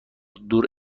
دور